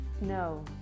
no